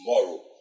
tomorrow